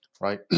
Right